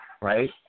right